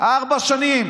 ארבע שנים